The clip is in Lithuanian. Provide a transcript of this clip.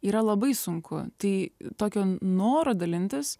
yra labai sunku tai tokio noro dalintis